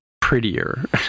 prettier